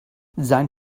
sein